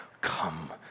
come